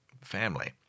family